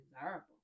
desirable